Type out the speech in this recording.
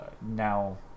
now